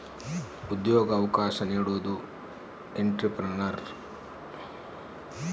ಉದ್ಯೋಗ ಅವಕಾಶ ನೀಡೋದು ಎಂಟ್ರೆಪ್ರನರ್